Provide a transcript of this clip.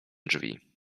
drzwi